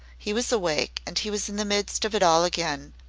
he was awake and he was in the midst of it all again.